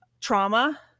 Trauma